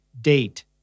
date